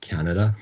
Canada